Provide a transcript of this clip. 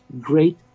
great